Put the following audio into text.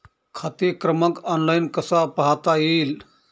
खाते क्रमांक ऑनलाइन कसा पाहता येईल?